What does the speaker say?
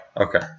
Okay